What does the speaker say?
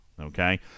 Okay